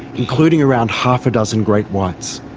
including around half a dozen great whites.